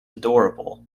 adorable